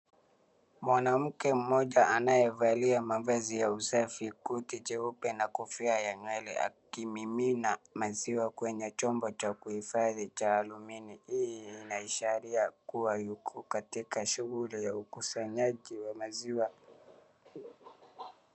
Mwanamke mmoja anayevalia mavazi ya usafi ,koti jeupe na kofia ya nywele akimimina maziwa Kwenye chombo cha kuhifadhi cha aluminium . Hii ni ishara kuwa yuko katika shughuli za ukusanyaji wa maziwa.